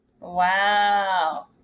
Wow